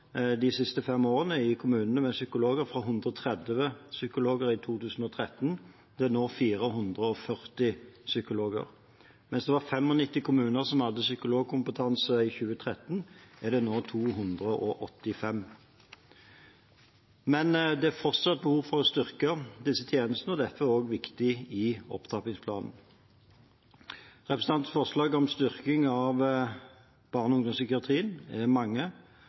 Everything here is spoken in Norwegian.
i kommunene, fra 130 psykologer i 2013 til 440 psykologer nå. Mens det var 95 kommuner som hadde psykologkompetanse i 2013, er det nå 285. Men det er fortsatt behov for å styrke disse tjenestene. Derfor er dette også viktig i opptrappingsplanen. Representantenes forslag om styrking av barne- og ungdomspsykiatrien er mange.